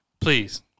please